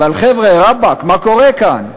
אבל חבר'ה, רבאק, מה קורה כאן?